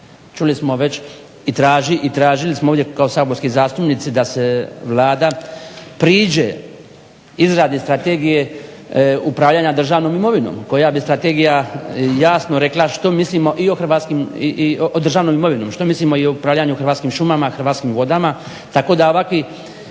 Čuli smo već i tražili smo ovdje kao saborski zastupnici da se Vlada priđe izradi strategije upravljanja državnom imovinom koja bi strategija jasno rekla što mislimo i o državnom imovinom, što mislimo i o upravljanju Hrvatskim šumama, Hrvatskim vodama, tako da ovakvi